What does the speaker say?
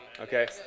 okay